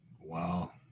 Wow